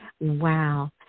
Wow